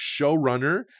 showrunner